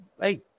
hey